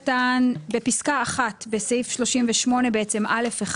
בפסקה (1) בסעיף 38, בעצם (א1)